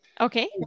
Okay